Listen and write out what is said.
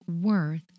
worth